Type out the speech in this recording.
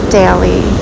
daily